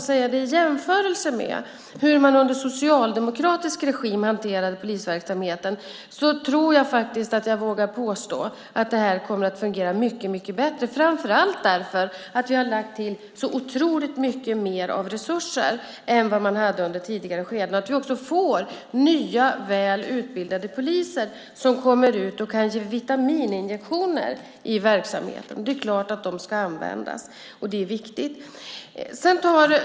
I jämförelse med hur man under socialdemokratisk regim hanterade polisverksamheten tror jag faktiskt att jag vågar påstå att det här kommer att fungera mycket bättre, framför allt därför att vi har lagt till så otroligt mycket mer av resurser än man hade under tidigare skeden. Vi får också nya, väl utbildade poliser som kommer ut och kan ge vitamininjektioner i verksamheten. Det är klart att de ska användas. Det är viktigt.